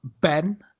Ben